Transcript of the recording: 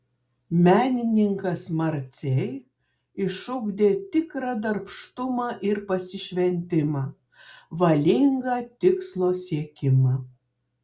menininkas marcei išugdė tikrą darbštumą ir pasišventimą valingą tikslo siekimą